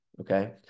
okay